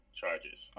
charges